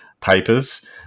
papers